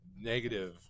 negative